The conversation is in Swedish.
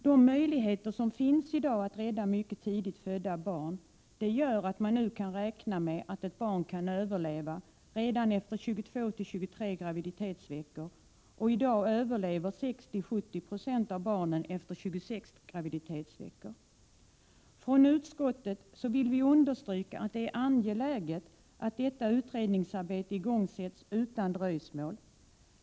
De möjligheter som i dag finns att rädda mycket tidigt födda barn gör att man nu kan räkna med att ett barn kan överleva redan efter 22-23 graviditetsveckor, och i dag överlever 60-70 96 av barnen efter 26 graviditetsveckor. Från utskottet vill vi understryka att det är angeläget att detta utredningsarbete igångsätts utan dröjsmål.